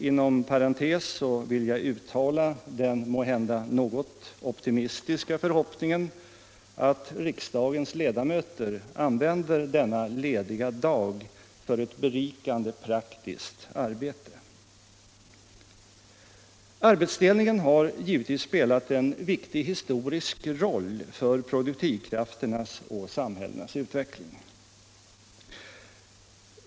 Inom parentes vill jag uttala den 173 måhända något optimistiska förhoppningen att riksdagens ledamöter använder denna lediga dag för ett berikande praktiskt arbete. Arbetsdelningen har givetvis spelat en viktig historisk roll för produktivkrafterna och samhällenas utveckling.